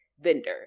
vendor